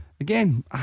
again